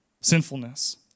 sinfulness